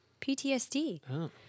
ptsd